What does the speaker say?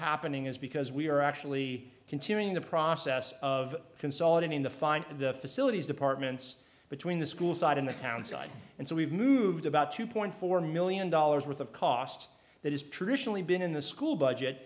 happening is because we are actually continuing the process of consolidating the find the facilities departments between the school side and the town side and so we've moved about two point four million dollars worth of cost that is traditionally been in the school budget